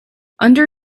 under